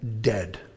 dead